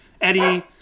Eddie